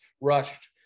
rushed